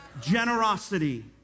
generosity